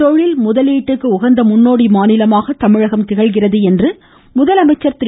தொழில் முதலீட்டுக்கு உகந்த முன்னோடி மாநிலமாக தமிழகம் திகழ்கிறது என்று முதலமைச்சர் திரு